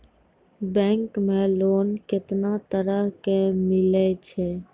Bank मे loan कैतना तरह के मिलै छै?